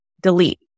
delete